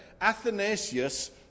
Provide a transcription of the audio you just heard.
Athanasius